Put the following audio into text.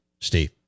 Steve